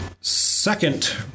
second